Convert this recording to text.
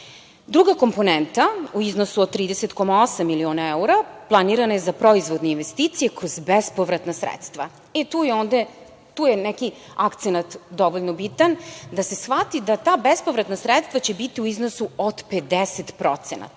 Druga komponenta u iznosu od 30,8 miliona evra je planirana za proizvodne investicije kroz bezpovratna sredstva. Tu je neki akcenat dovoljno bitan da se shvati da će ta bespovratna sredstva biti u iznosu od